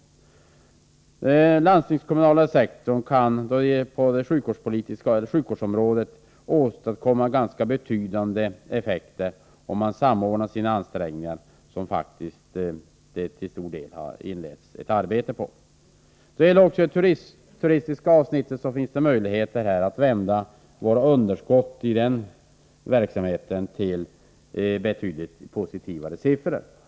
Den landstingskommunala sektorn kan då det gäller sjukvårdsområdet åstadkomma ganska betydande effekter om ansträngningarna samordnas. Där har faktiskt ett arbete inletts. Då det gäller turism finns det möjligheter att vända vårt underskott till betydligt positivare siffror.